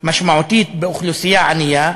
משמעותית באוכלוסייה ענייה,